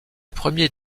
premier